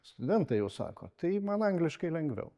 studentai jau sako tai man angliškai lengviau